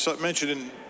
mentioned